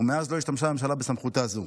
ומאז לא השתמשה הממשלה בסמכותה זו.